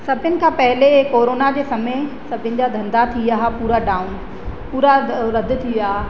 सभिनि खां पहिले कोरोना जे समय सभिनि जा धंधा थी विया पूरा डाउन पूरा रद थी विया